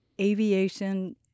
aviation